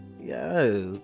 yes